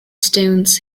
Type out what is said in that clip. stones